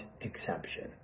exception